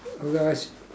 although I s~